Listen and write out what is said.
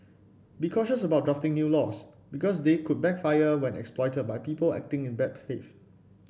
be cautious about drafting new laws because they could backfire when exploited by people acting in bad faith